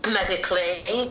medically